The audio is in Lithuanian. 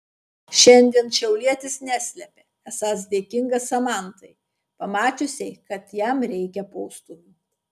šiandien šiaulietis neslepia esąs dėkingas samantai pamačiusiai kad jam reikia postūmio